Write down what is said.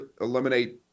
eliminate